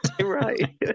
right